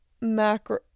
macro